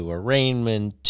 arraignment